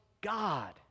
God